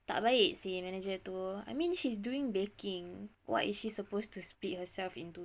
tak baik seh manager too I mean she's doing baking [what] is she suppose to split herself into